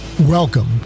Welcome